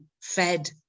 fed